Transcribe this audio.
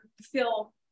feel